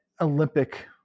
Olympic